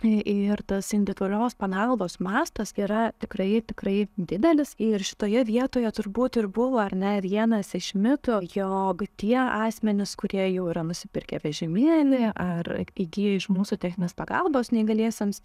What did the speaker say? i ir tas individualios pagalbos mastas yra tikrai tikrai didelis ir šitoje vietoje turbūt ir buvo ar ne vienas iš mitų jog tie asmenys kurie jau yra nusipirkę vežimėlį ar įgijo iš mūsų techninės pagalbos neįgaliesiems